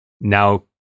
now